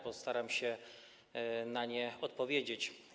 Postaram się na nie odpowiedzieć.